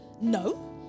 no